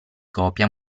copia